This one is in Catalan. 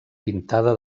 pintada